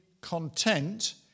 content